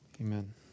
Amen